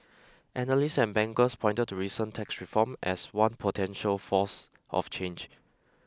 analysts and bankers pointed to recent tax reform as one potential force of change